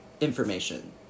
information